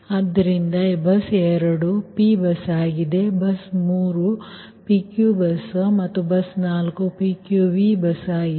ಆದ್ದರಿಂದ bus 2 P bus ಆಗಿದೆ bus 3ಯು PQ ಬಸ್ ಮತ್ತು ಬಸ್ 4 PQV ಬಸ್ ಆಗಿದೆ